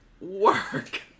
Work